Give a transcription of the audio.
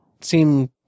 seem